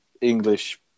English